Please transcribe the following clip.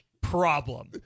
Problem